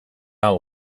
hau